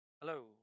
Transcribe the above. Hello